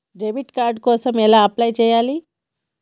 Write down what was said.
Debit card కోసం ఎలా apply చేయాలి?